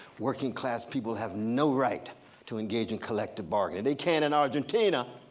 working class people have no right to engage in collective bargain. they can in argentina,